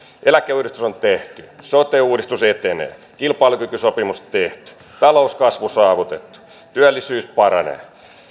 eläkeuudistus on tehty sote uudistus etenee kilpailukykysopimus tehty talouskasvu saavutettu työllisyys paranee